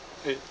eh